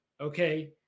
okay